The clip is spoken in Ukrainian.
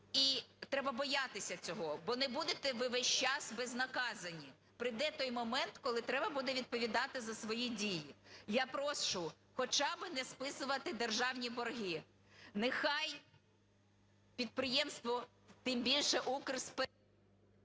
І треба боятися цього, бо не будете ви весь час безнаказані, прийде той момент, коли треба буде відповідати за свої дії. Я прошу хоча би не списувати державні борги, нехай підприємство, тим більше...